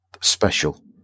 special